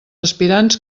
aspirants